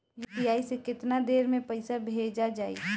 UPI से केतना देर मे पईसा भेजा जाई?